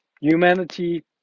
humanity